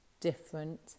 different